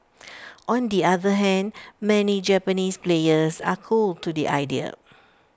on the other hand many Japanese players are cool to the idea